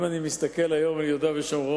אם אני מסתכל היום על יהודה ושומרון,